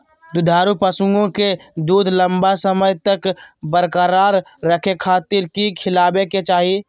दुधारू पशुओं के दूध लंबा समय तक बरकरार रखे खातिर की खिलावे के चाही?